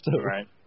Right